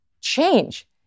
change